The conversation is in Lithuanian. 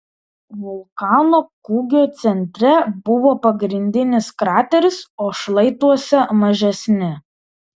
vulkano kūgio centre buvo pagrindinis krateris o šlaituose mažesni